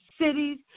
cities